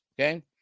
okay